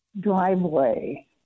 driveway